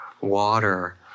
water